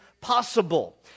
possible